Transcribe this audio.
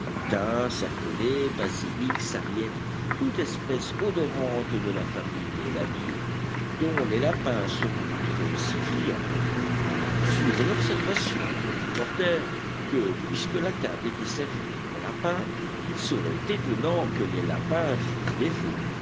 serpolet basilic sarriette toutes espèces odorantes de la famille des labiées dont les lapins se montrent si friands sur l'observation du reporter que puisque la table était servie pour des lapins il serait étonnant que les lapins fissent défaut